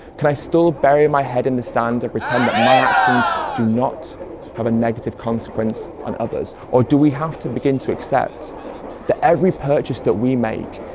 can i still bury my head in the sand and pretend that my actions do not have a negative consequence on others? or do we have to begin to accept that every purchase that we make,